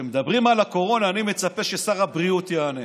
כשמדברים על הקורונה אני מצפה ששר הבריאות יענה.